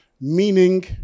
meaning